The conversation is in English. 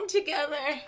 together